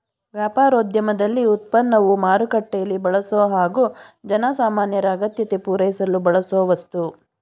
ವ್ಯಾಪಾರೋದ್ಯಮದಲ್ಲಿ ಉತ್ಪನ್ನವು ಮಾರುಕಟ್ಟೆಲೀ ಬಳಸೊ ಹಾಗು ಜನಸಾಮಾನ್ಯರ ಅಗತ್ಯತೆ ಪೂರೈಸಲು ಬಳಸೋವಸ್ತು